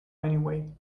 anyway